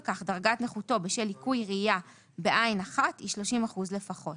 כך דרגת נכותו בשל ליקוי ראייה בעין אחת היא 30 אחוזים לפחות